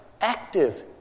active